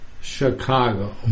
Chicago